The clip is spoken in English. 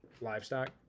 livestock